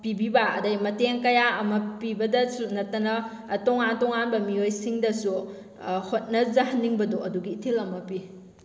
ꯄꯤꯕꯤꯕ ꯑꯗꯩ ꯃꯇꯦꯡ ꯀꯌꯥ ꯑꯃ ꯄꯤꯕꯗꯁꯨ ꯅꯠꯇꯅ ꯇꯣꯉꯥꯟ ꯇꯣꯉꯥꯟꯕ ꯃꯤꯑꯣꯏꯁꯤꯡꯗꯁꯨ ꯍꯣꯠꯅꯖꯍꯟꯅꯤꯡꯕꯗꯣ ꯑꯗꯨꯒꯤ ꯏꯊꯤꯜ ꯑꯃ ꯄꯤ